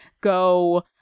go